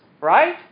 right